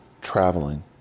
traveling